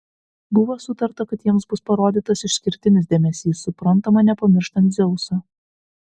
buvo sutarta kad jiems bus parodytas išskirtinis dėmesys suprantama nepamirštant dzeuso